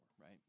right